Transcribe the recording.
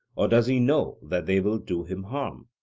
or does he know that they will do him harm?